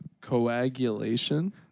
Coagulation